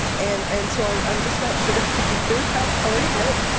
and and so i'm i'm just not sure that part of it.